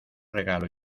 regalo